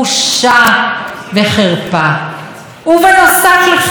ובנוסף לכך, הוא יצר לנו מציאות מדומה.